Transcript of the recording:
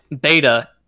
beta